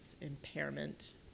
impairment